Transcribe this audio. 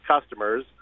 customers